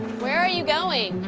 where are you going?